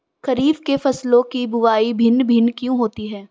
खरीफ के फसलों की बुवाई भिन्न भिन्न क्यों होती है?